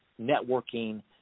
networking